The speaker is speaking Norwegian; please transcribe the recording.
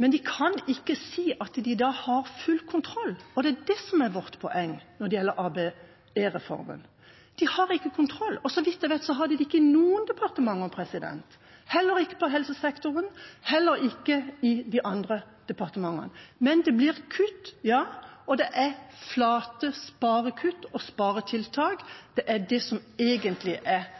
men de kan ikke si at de da har full kontroll. Det er det som er vårt poeng når det gjelder ABE-reformen. De har ikke kontroll, og så vidt jeg vet har de ikke det i noen departementer – heller ikke når det gjelder helsesektoren, heller ikke i de andre departementene. Men det blir kutt, ja, og det er flate sparekutt og sparetiltak. Det